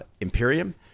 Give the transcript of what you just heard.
imperium